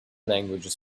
languages